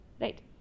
right